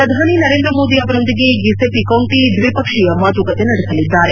ಪ್ರಧಾನಿ ನರೇಂದ್ರ ಮೋದಿ ಅವರೊಂದಿಗೆ Giuseppe Conte ದ್ವಿಪಕ್ಷೀಯ ಮಾತುಕತೆ ನಡೆಸಲಿದ್ದಾರೆ